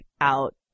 out